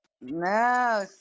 No